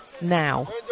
now